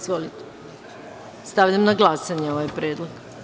Stavljam na glasanje ovaj predlog.